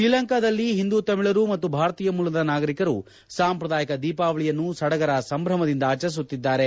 ಶ್ರೀಲಂಕಾದಲ್ಲಿ ಹಿಂದೂ ತಮಿಳರು ಮತ್ತು ಭಾರತೀಯ ಮೂಲದ ನಾಗರಿಕರು ಸಾಂಪ್ರದಾಯಿಕ ದೀಪಾವಳಿಯನ್ನು ಸಡಗರ ಸಂಭ್ರದಿಂದ ಆಚರಿಸುತ್ತಿದ್ದಾರೆ